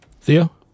Theo